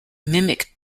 mimic